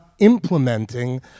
implementing